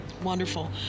wonderful